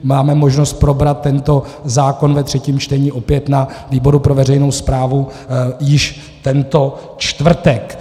Máme možnost probrat tento zákon ve třetím čtení opět na výboru pro veřejnou správu již tento čtvrtek.